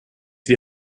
die